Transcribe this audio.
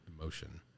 emotion